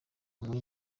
muri